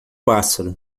pássaro